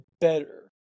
better